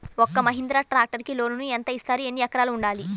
ఒక్క మహీంద్రా ట్రాక్టర్కి లోనును యెంత ఇస్తారు? ఎన్ని ఎకరాలు ఉండాలి?